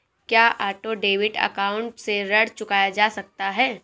क्या auto debit account से ऋण चुकाया जा सकता है?